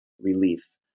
relief